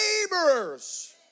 laborers